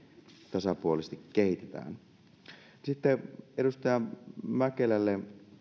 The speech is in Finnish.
tasapuolisesti kehitetään sitten edustaja mäenpäälle